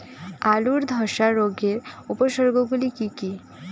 আলুর ধ্বসা রোগের উপসর্গগুলি কি কি?